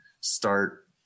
start